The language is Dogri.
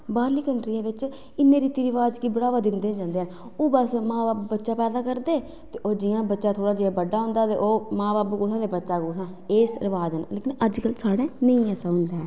बाहरलियें कंट्रियें च इनें रीति रवाज़ें गी बढ़ावा निं दिंदे न ओह् सिर्फ बच्चें पैदा करदे ते जियां ओह् थोह्ड़ा बड्डा होंदा ते मां बब्ब कुत्थें ते बच्चा कुत्थें उत्थें एह् रवाज़ न ते साढ़े इत्थें ऐसा नेईं होंदा ऐ